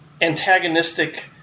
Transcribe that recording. antagonistic